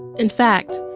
in fact,